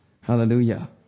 Hallelujah